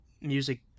music